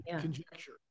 conjecture